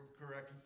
correct